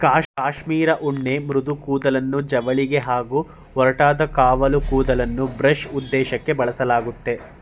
cashmere ಉಣ್ಣೆ ಮೃದು ಕೂದಲನ್ನು ಜವಳಿಗೆ ಹಾಗೂ ಒರಟಾದ ಕಾವಲು ಕೂದಲನ್ನು ಬ್ರಷ್ ಉದ್ದೇಶಕ್ಕೇ ಬಳಸಲಾಗ್ತದೆ